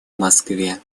москве